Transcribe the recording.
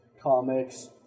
comics